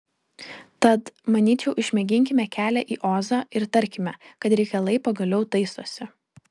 tad manyčiau išmėginkime kelią į ozą ir tarkime kad reikalai pagaliau taisosi